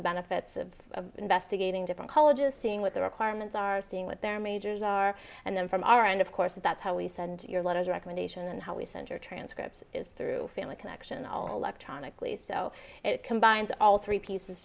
the benefits of investigating different colleges seeing what the requirements are seeing with their majors are and then from our end of course that's how we send your letters recommendation and how we send your transcripts is through family connection all electronically so it combines all three pieces